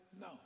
No